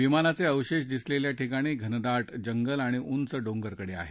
विमानाचे अवशेष दिसलेल्या ठिकाणी घनदाट जंगल आणि उंच डोंगरकडे आहेत